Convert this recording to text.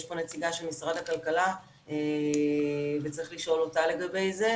יש פה נציגה של משרד הכלכלה וצריך לשאול אותה לגבי זה.